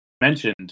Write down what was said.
mentioned